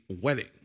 wedding